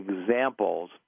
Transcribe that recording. examples